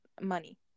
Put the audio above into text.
money